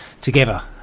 together